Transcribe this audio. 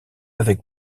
avec